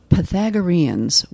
Pythagoreans